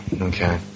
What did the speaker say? okay